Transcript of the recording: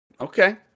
Okay